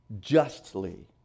justly